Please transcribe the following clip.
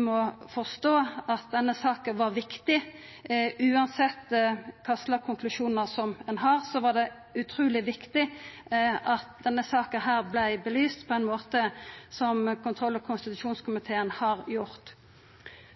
må forstå at denne saka var viktig. Same kva slags konklusjonar som ein trekkjer, var det utruleg viktig at denne saka vart belyst på den måten som kontroll- og konstitusjonskomiteen har gjort.